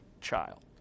child